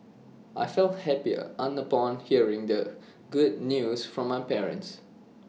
I felt happy on upon hearing the good news from my parents